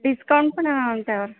discount पण आमच्यावर